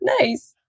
Nice